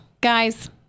guys